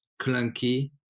clunky